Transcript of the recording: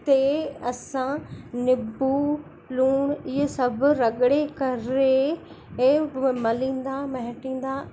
ते असां निबू लूणु इहो सभु रगड़े करे करे ऐं मलींदा मेहटींदा